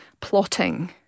plotting